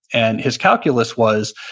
and his calculus was,